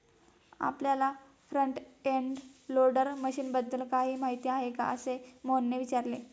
आपल्याला front end loader मशीनबद्दल काही माहिती आहे का, असे मोहनने विचारले?